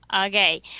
okay